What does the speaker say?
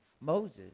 Moses